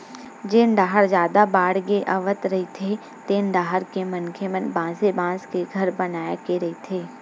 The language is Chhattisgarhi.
जेन डाहर जादा बाड़गे आवत रहिथे तेन डाहर के मनखे मन बासे बांस के घर बनाए के रहिथे